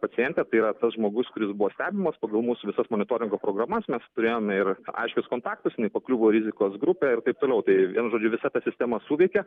pacientė tai yra tas žmogus kuris buvo stebimas pagal mūsų visas monitoringo programas mes turėjom ir aiškius kontaktus jinai pakliuvo į rizikos grupę ir taip toliau tai vienu žodžiu visa ta sistema suveikė